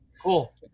Cool